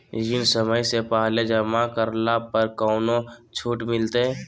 ऋण समय से पहले जमा करला पर कौनो छुट मिलतैय?